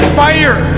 fire